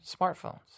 smartphones